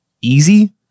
easy